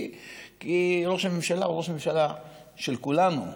כי ראש הממשלה הוא ראש הממשלה של כולם,